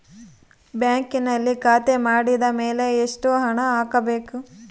ಬ್ಯಾಂಕಿನಲ್ಲಿ ಖಾತೆ ಮಾಡಿದ ಮೇಲೆ ಎಷ್ಟು ಹಣ ಹಾಕಬೇಕು?